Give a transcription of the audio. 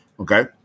Okay